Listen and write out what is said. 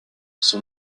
son